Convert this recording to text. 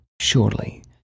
Surely